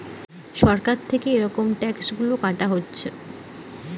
সরকার নু এরম ট্যাক্স গুলা কাটা হতিছে